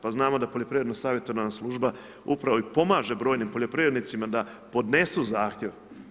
Pa znamo da poljoprivredno savjetodavna služba upravo i pomaže brojnim poljoprivrednicima da podnesu zahtjev.